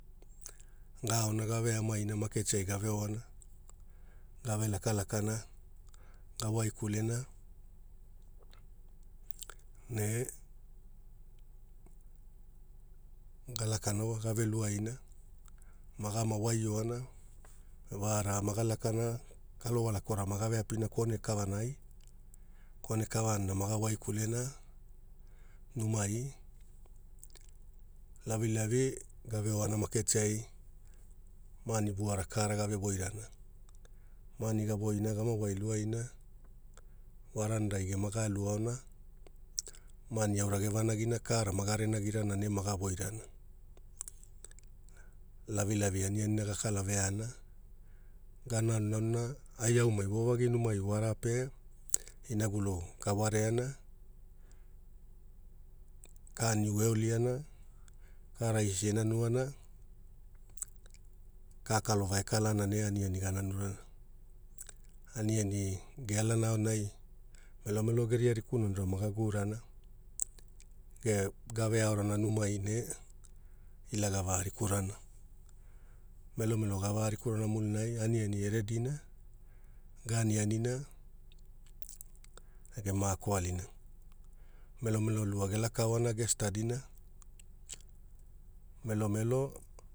Gaona gaveamaina maaketiai gaveoana, gave lakalakana, gawaikulena ne galakana wa, gave luaina, magama waioana wara maga lakana kalova lakora magave apina kone kavanai. Kone kavaana magawaikulena, numai lavilavi gaveoana maaketiai, maani vuara kaara gave woirana. Maani gavoina gama wailuaina vaarandai gema galu aona, maani aura gevanagina kaara maga renagirana ne maga voirana. Lavilavi anianina gakala veaana, gananu nanuna ai aumai wovagi numai wara pe inagulu gawareana, ka niu eoliana, ka raisi enanuana, ka kalova ekalana ne aniani gananurana. Aniani gealana aonai melomelo geria riku nanura maga guurana. Ne gave aorana numai ne ila gavarikurana, melomelo gavaa rikurana mulinai aniani geredina, gaani anina ne gemaako alina, melomelo lua gelakaona gestadina, melomelo